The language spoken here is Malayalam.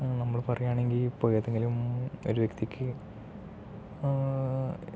നമ്മൾ പറയുകയാണെങ്കിൽ ഇപ്പോൾ ഏതെങ്കിലും ഒരു വ്യക്തിക്ക്